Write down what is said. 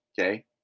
okay